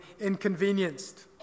inconvenienced